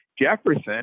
Jefferson